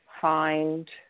find